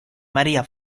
maría